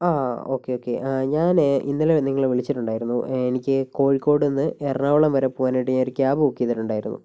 ആ okay okay ഞാൻ ഇന്നലേ നിങ്ങളെ വിളിച്ചിട്ടുണ്ടായിരുന്നു എനിക്ക് കോഴിക്കോടിൽ നിന്ന് എറണാകുളം വരേ പോകാനായിട്ട് ഞാനൊരു ക്യാബ് ബുക്ക് ചെയ്തിട്ടുണ്ടായിരുന്നു